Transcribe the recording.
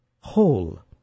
whole